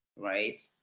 right.